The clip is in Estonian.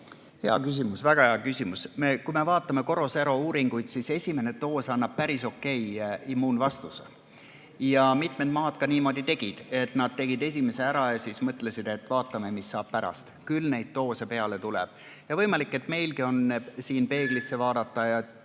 Hea küsimus! Väga hea küsimus! Kui me vaatame KoroSero uuringuid, siis esimene doos annab päris okei immuunvastuse. Ja mitmed maad niimoodi tegidki, et nad tegid esimese süsti ära ja siis mõtlesid, et vaatame, mis saab pärast, küll neid doose peale tuleb. Ja võimalik, et meil on siin põhjust peeglisse vaadata.